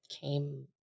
came